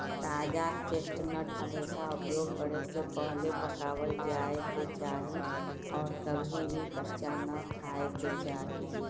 ताजा चेस्टनट हमेशा उपयोग करे से पहले पकावल जाये के चाहि और कभी भी कच्चा ना खाय के चाहि